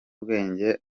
ubwenge